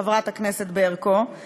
חברת הכנסת ברקו,